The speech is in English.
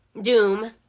doom